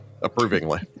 approvingly